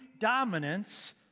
dominance